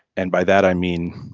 and by that i mean,